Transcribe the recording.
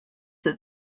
that